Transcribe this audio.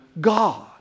God